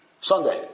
Sunday